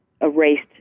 erased